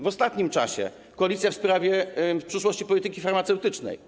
W ostatnim czasie - koalicja w sprawie przyszłości polityki farmaceutycznej.